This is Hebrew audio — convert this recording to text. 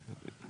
אוקיי.